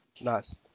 Nice